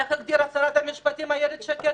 איך הגדירה שרת המשפטים איילת שקד,